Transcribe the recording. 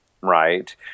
right